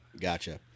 Gotcha